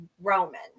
Roman